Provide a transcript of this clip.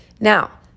Now